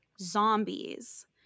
zombies